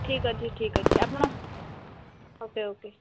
ଠିକ୍ ଅଛି ଠିକ୍ ଅଛି ଆପଣ ଓକେ ଓକେ